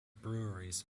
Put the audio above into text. breweries